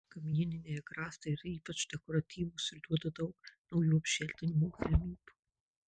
kamieniniai agrastai yra ypač dekoratyvūs ir duoda daug naujų apželdinimo galimybių